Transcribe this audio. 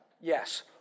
yes